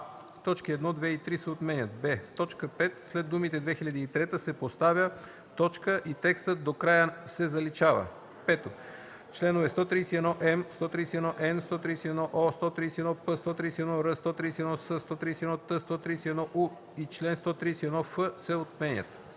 точки 1, 2 и 3 се отменят; б) в т. 5 след думите „2003 г.” се поставя точка и текстът до края се заличава. 5. Членове 131м, 131н, 131о, 131п, 131р, 131с, 131т, 131у и чл. 131ф се отменят.